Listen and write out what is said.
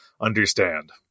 understand